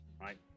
right